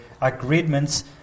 agreements